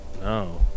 No